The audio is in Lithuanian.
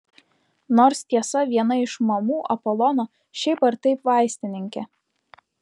nors tiesa viena iš mamų apolono šiaip ar taip vaistininkė